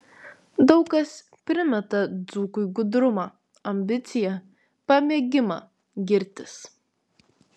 daug kas primeta dzūkui gudrumą ambiciją pamėgimą girtis